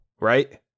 Right